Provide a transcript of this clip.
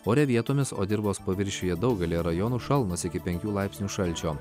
ore vietomis o dirvos paviršiuje daugelyje rajonų šalnos iki penkių laipsnių šalčio